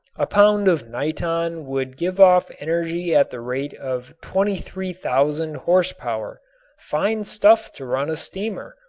a pound of niton would give off energy at the rate of twenty three thousand horsepower fine stuff to run a steamer,